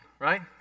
right